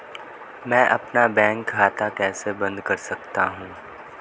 मैं अपना बैंक खाता कैसे बंद कर सकता हूँ?